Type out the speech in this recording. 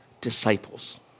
disciples